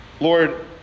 Lord